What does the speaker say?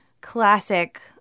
classic